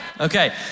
Okay